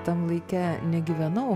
tam laike negyvenau